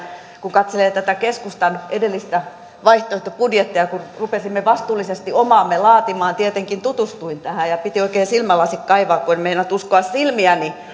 kun katselee tätä keskustan edellistä vaihtoehtobudjettia kun rupesimme vastuullisesti omaamme laatimaan tietenkin tutustuin tähän ja piti oikein silmälasit kaivaa kun en meinannut uskoa silmiäni